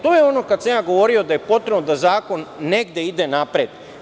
To je ono kada sam ja govorio da je potrebno da zakon negde ide napred.